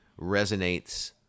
resonates